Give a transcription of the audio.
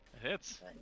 hits